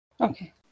Okay